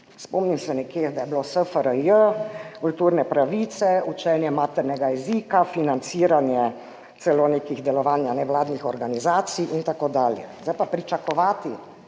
Spomnim se, da je bilo nekje SFRJ, kulturne pravice, učenje maternega jezika, celo financiranje delovanja nekih nevladnih organizacij in tako dalje. Zdaj pa pričakovati,